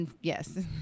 Yes